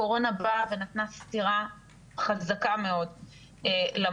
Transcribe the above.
הקורונה באה ונתנה סטירה חזקה מאוד למערכת,